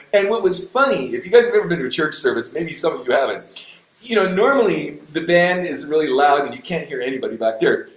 and what was funny, if you guys ever been to church service, maybe some of you haven't, you know, normally, the band is really loud and you can't hear anybody back there.